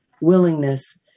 willingness